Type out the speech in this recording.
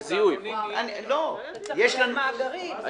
צריך לנהל מאגרים.